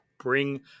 bring